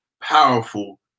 powerful